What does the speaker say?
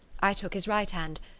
i took his right hand,